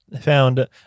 found